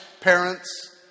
parents